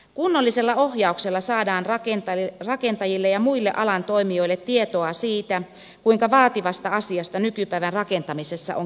kunnollisella ohjauksella saadaan rakentajille ja muille alan toimijoille tietoa siitä kuinka vaativasta asiasta nykypäivän rakentamisessa on kysymys